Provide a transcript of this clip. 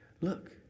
Look